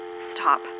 Stop